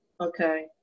Okay